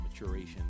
maturation